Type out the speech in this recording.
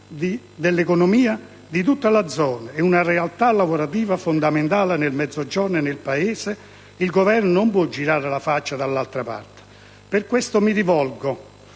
dell'economia di tutta la zona e una realtà lavorativa fondamentale nel Mezzogiorno e nel Paese, il Governo non può girare la faccia dall'altra parte. Per questo mi rivolgo